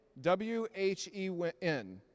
W-H-E-N